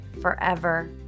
forever